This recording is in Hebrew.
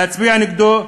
להצביע נגדו,